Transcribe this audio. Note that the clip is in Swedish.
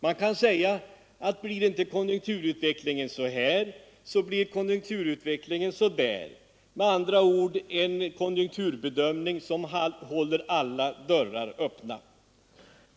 Man kan säga: Blir inte konjunkturutvecklingen så här blir den så där — med andra ord en konjunkturbedömning som håller alla dörrar öppna.